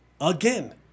again